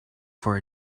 for